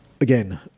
again